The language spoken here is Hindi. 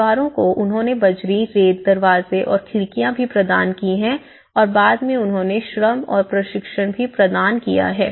परिवार को उन्होंने बजरी रेत दरवाजे और खिड़कियां भी प्रदान की हैं और बाद में उन्होंने श्रम और प्रशिक्षण भी प्रदान किया है